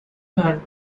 her